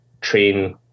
train